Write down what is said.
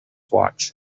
watch